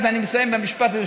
אני מסיים במשפט הזה,